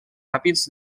ràpids